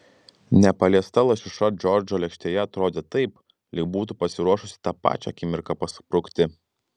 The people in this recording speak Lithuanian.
nepaliesta lašiša džordžo lėkštėje atrodė taip lyg būtų pasiruošusi tą pačią akimirką pasprukti